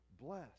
bless